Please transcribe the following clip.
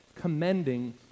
commending